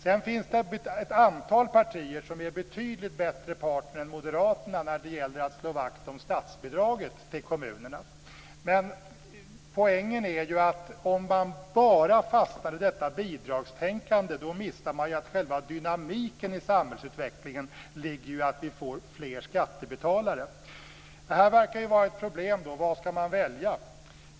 Sedan finns det ett antal partier som är betydligt bättre partner än Moderaterna när det gäller att slå vakt om statsbidraget till kommunerna. Poängen är ju att om man fastnar i detta bidragstänkande missar man att själva dynamiken i samhällsutvecklingen ligger i att det blir fler skattebetalare. Det verkar vara ett problem att veta vad man ska välja.